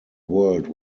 world